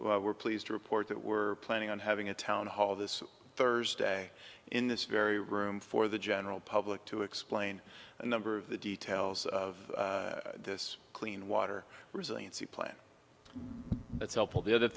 we're pleased to report that we're planning on having a town hall this thursday in this very room for the general public to explain a number of the details of this clean water resiliency plan that's helpful the other